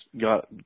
got